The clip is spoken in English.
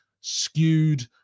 skewed